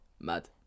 mad